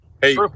Hey